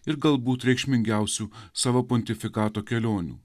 ir galbūt reikšmingiausių savo pontifikato kelionių